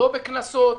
לא בקנסות.